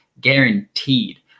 Guaranteed